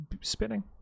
spinning